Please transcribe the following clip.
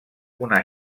una